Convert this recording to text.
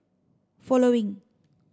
following